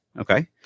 Okay